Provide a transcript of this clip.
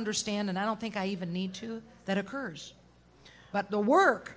understand and i don't think i even need to that occurs but the work